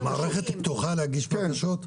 המערכת פתוחה להגיש בקשות?